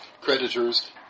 creditors